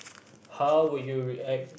how would you react